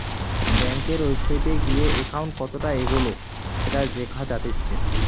বেংকের ওয়েবসাইটে গিয়ে একাউন্ট কতটা এগোলো সেটা দেখা জাতিচ্চে